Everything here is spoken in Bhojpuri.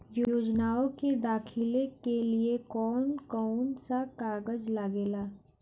योजनाओ के दाखिले के लिए कौउन कौउन सा कागज लगेला?